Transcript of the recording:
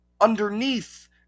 underneath